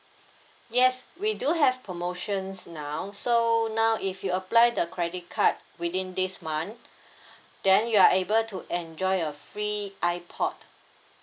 yes we do have promotions now so now if you apply the credit card within this month then you are able to enjoy a free ipod